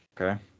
Okay